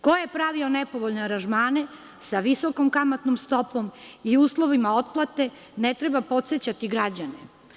Ko je pravio nepovoljne aranžmane sa visokom kamatnom stopom i uslovima otplate ne treba podsećati građane.